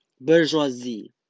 bourgeoisie